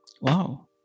Wow